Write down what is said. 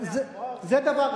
מה ארגוני השמאל,